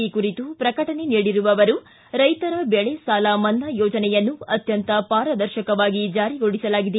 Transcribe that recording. ಈ ಕುರಿತು ಪ್ರಕಟಣೆ ನೀಡಿರುವ ಅವರು ರೈತರ ಬೆಳೆ ಸಾಲ ಮನ್ನಾ ಯೋಜನೆಯನ್ನು ಅತ್ಯಂತ ಪಾರದರ್ಶಕವಾಗಿ ಜಾರಿಗೊಳಿಸಲಾಗಿದೆ